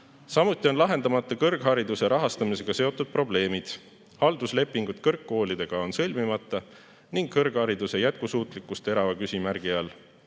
piisav. Samuti on lahendamata kõrghariduse rahastamisega seotud probleemid. Halduslepingud kõrgkoolidega on sõlmimata ning kõrghariduse jätkusuutlikkus suure küsimärgi all.